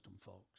folks